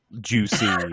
juicy